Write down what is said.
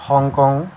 Hong Kong